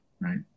right